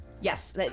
Yes